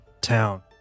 town